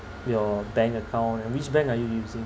your bank account and which bank are you using